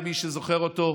מי שזוכר אותו,